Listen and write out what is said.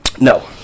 no